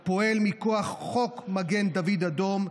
הפועל מכוח חוק מגן דוד אדום,